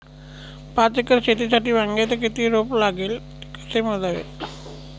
पाच एकर शेतीसाठी वांग्याचे किती रोप लागेल? ते कसे मोजावे?